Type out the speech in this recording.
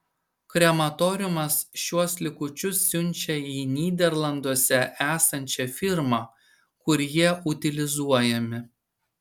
krematoriumas šiuos likučius siunčia į nyderlanduose esančią firmą kur jie utilizuojami